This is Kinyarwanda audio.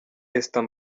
esther